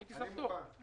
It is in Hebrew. הייתי שר טוב.